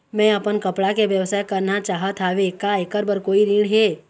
मैं अपन कपड़ा के व्यवसाय करना चाहत हावे का ऐकर बर कोई ऋण हे?